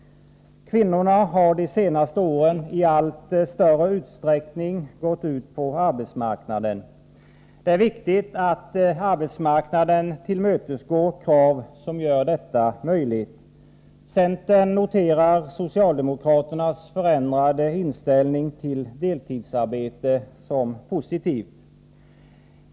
Kvinnorna har de senaste åren i allt större utsträckning gått ut på arbetsmarknaden. Det är viktigt att arbetsmarknaden tillmötesgår krav som gör detta möjligt. Centern noterar socialdemokraternas förändrade inställning till deltidsarbete som positivt.